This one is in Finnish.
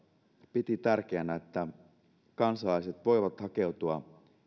piti tärkeänä että kansalaiset voivat hakeutua